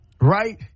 Right